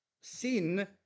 sin